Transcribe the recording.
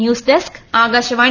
news desk Akashvani